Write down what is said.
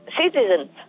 citizens